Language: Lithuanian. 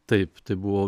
taip tai buvo